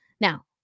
Now